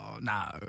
no